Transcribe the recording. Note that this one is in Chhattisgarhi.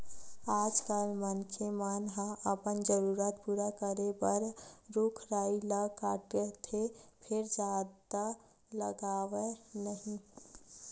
आजकाल मनखे मन ह अपने जरूरत पूरा करे बर रूख राई ल काटथे फेर जादा लगावय नहि